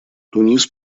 тунис